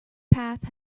path